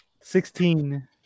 Sixteen